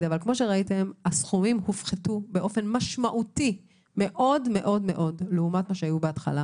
הסכומים הופחתו באופן משמעותי מאוד מאוד לעומת מה שהיה בהתחלה.